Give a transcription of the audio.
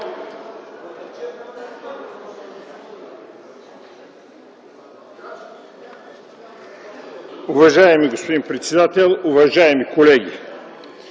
Уважаеми господин председател, уважаеми колеги!